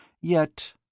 yet—